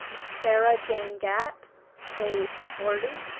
sarah-jane gatt age forty,